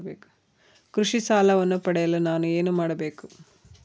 ಕೃಷಿ ಸಾಲವನ್ನು ಪಡೆಯಲು ನಾನು ಏನು ಮಾಡಬೇಕು?